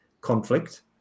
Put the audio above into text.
conflict